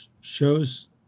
shows